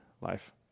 life